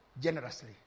generously